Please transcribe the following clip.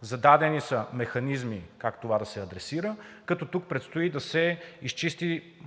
Зададени са механизми как това да се адресира, като тук предстои да се изчисти